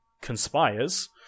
conspires